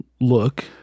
look